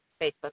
Facebook